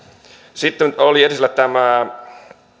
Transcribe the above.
sitten oli edellisellä tämä